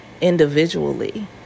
individually